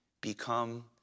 become